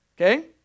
Okay